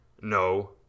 No